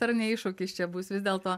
ar ne iššūkis čia bus vis dėl to